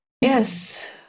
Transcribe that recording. yes